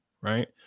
right